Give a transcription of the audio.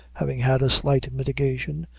having had a slight mitigation,